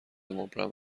مبرم